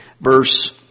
Verse